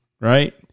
right